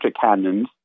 cannons